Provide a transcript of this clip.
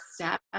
step